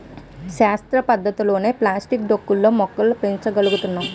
శాస్త్ర పద్ధతులతోనే ప్లాస్టిక్ డొక్కు లో మొక్కలు పెంచ గలుగుతున్నారు